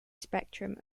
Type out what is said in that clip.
spectrum